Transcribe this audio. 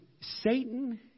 satan